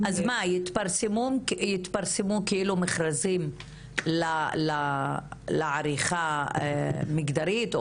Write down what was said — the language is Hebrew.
לב --- יתפרסמו מכרזים לעריכה מגדרית,